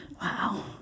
Wow